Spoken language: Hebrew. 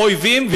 כאויבים.